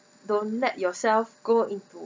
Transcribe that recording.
don't let yourself go into